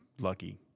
lucky